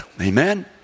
Amen